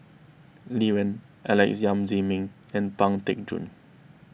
Lee Wen Alex Yam Ziming and Pang Teck Joon